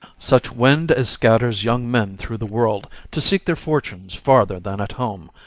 such wind as scatters young men through the world to seek their fortunes farther than at home,